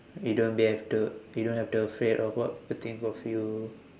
you don't be have to you don't have to afraid of what people think of you